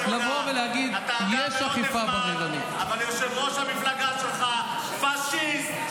אבל יושב-ראש המפלגה שלך פשיסט,